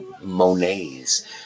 Monet's